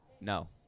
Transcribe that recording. No